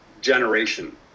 generation